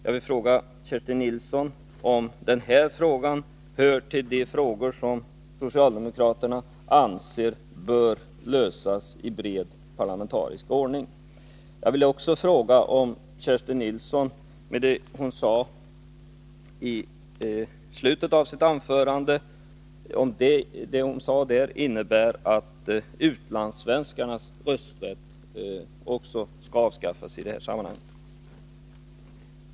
Hör denna fråga, Kertin Nilsson, till de frågor som socialdemokraterna anser bör lösas i bred parlamentarisk ordning? Innebär det som Kerstin Nilsson sade i slutet av sitt anförande att utlandssvenskarnas rösträtt skall avskaffas i detta sammanhang?